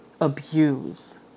abuse